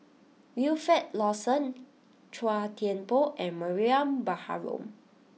Wilfed Lawson Chua Thian Poh and Mariam Baharom